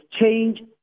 change